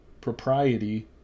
propriety